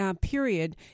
period